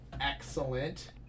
excellent